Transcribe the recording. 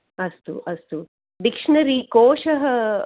अस्तु अस्तु डिक्ष्नरि कोशः